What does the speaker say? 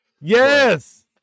Yes